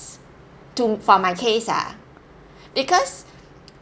to for my case ah because